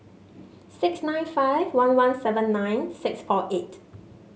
six nine five one one seven nine six four eight